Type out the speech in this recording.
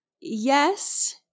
Yes